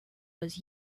was